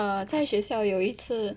呃在学校有一次